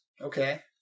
Okay